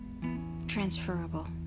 transferable